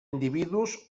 individus